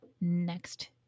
next